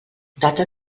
data